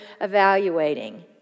evaluating